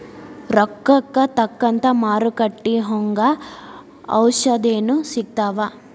ರೋಗಕ್ಕ ತಕ್ಕಂಗ ಮಾರುಕಟ್ಟಿ ಒಂಗ ಔಷದೇನು ಸಿಗ್ತಾವ